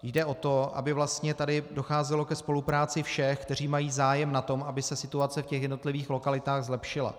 Jde o to, aby tady docházelo ke spolupráci všech, kteří mají zájem na tom, aby se situace v těch jednotlivých lokalitách zlepšila.